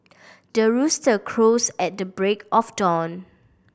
the rooster crows at the break of dawn